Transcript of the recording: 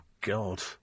god